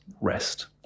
rest